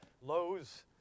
Lowe's